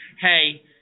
Hey